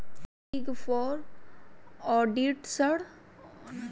big four auditors लेखा परीक्षा आश्वाशन कराधान एक्चुरिअल जइसन सेवा प्रदान करो हय